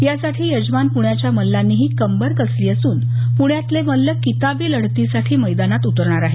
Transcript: यासाठी यजमान पुण्याच्या मल्लांनीही कंबर कसली असून पूण्यातले मल्ल किताबी लढतीसाठी मैदानात उतरणार आहेत